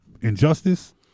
injustice